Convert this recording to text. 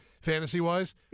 fantasy-wise